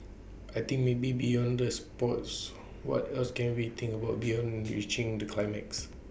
I think maybe beyond the sports what else can we think about beyond reaching the climax